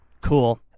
Cool